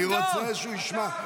אני רוצה שהוא ישמע.